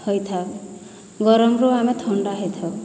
ହୋଇଥାଏ ଗରମରୁ ଆମେ ଥଣ୍ଡା ହେଇଥାଉ